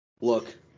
look